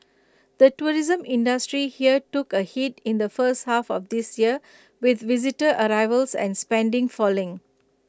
the tourism industry here took A hit in the first half of this year with visitor arrivals and spending falling